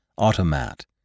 automat